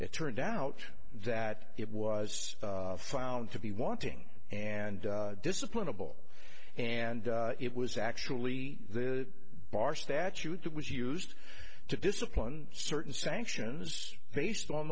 it turned out that it was found to be wanting and discipline a ball and it was actually the bar statute that was used to discipline certain sanctions based on